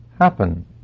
happen